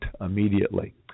immediately